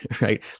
right